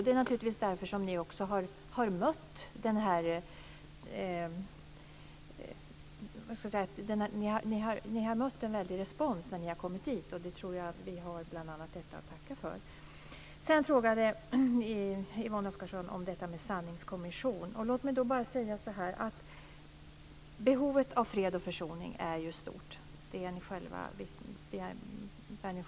Det är naturligtvis också bl.a. därför som ni har mött en så väldigt stor respons när ni har kommit dit. Yvonne Oscarsson frågade om en sanningskommission. Låt mig bara säga att behovet av fred och försoning är stort. Det bär ni själva vittnesbörd om.